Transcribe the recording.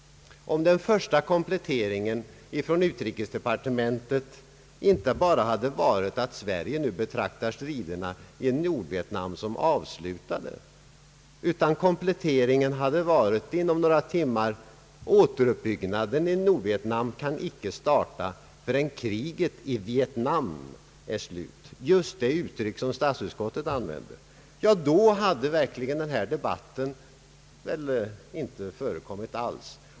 Om den första kompletteringen från utrikesdepartementet inte bara hade varit att Sverige nu betraktar striderna i Nordvietnam som avslutade utan kompletteringen inom några timmar hade varit att återuppbyggnaden i Nordvietnam inte kan starta förrän kriget i Vietnam är slut — just det uttryck som statsutskottet använt — då hade väl den här debatten inte förekommit alls.